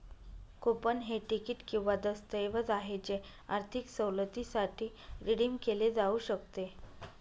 coupon हे ticket किंवा दस्तऐवज आहे जे आर्थिक सवलतीसाठी रिडीम केले जाऊ शकते